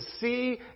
see